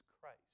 Christ